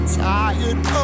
tired